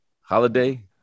Holiday